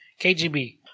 KGB